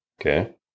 Okay